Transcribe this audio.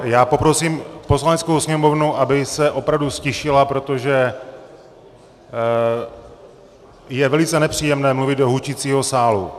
Já poprosím Poslaneckou sněmovnu, aby se opravdu ztišila, protože je velice nepříjemné mluvit do hučícího sálu.